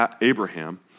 Abraham